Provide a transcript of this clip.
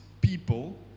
people